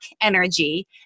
energy